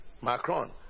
Macron